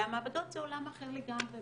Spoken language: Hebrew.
המעבדות זה עולם אחר לגמרי.